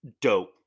Dope